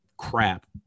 Crap